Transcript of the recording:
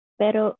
pero